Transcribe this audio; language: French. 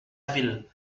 ville